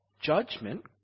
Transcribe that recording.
judgment